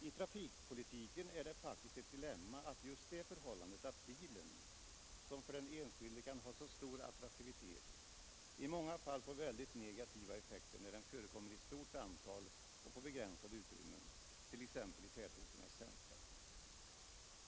I trafikpolitiken är det faktiskt ett dilemma att bilen, som för den enskilde kan ha så stor attraktivitet, i många fall får väldigt negativa effekter när den förekommer i stort antal och på begränsade utrymmen, t.ex. i tätorternas centra.